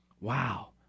Wow